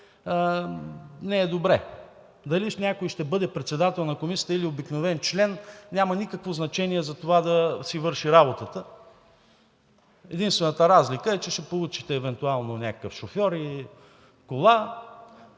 не е добре. Дали някой ще бъде председател на комисията, или обикновен член, няма никакво значение за това да си върши работата. Единствената разлика е, че ще получите евентуално някакъв шофьор и кола.